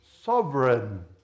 sovereign